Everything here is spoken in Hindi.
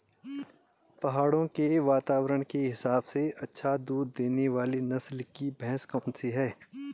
पहाड़ों के वातावरण के हिसाब से अच्छा दूध देने वाली नस्ल की भैंस कौन सी हैं?